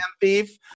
thief